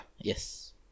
Yes